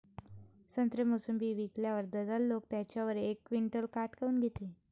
संत्रे, मोसंबी विकल्यावर दलाल लोकं त्याच्यावर एक क्विंटल काट काऊन घेते?